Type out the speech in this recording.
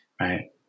right